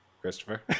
Christopher